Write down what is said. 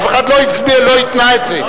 אף אחד לא התנה את זה.